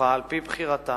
ובטוחה על-פי בחירתם.